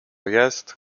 jest